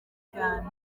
cyane